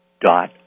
dot